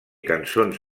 cançons